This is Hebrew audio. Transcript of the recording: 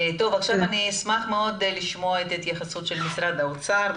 עכשיו אני אשמח מאוד לשמוע את ההתייחסות של משרד האוצר.